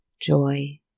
Joy